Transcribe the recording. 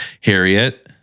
Harriet